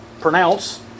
pronounce